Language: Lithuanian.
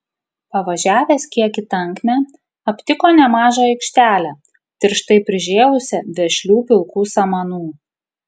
pavažiavęs kiek į tankmę aptiko nemažą aikštelę tirštai prižėlusią vešlių pilkų samanų